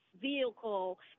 vehicle